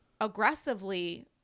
aggressively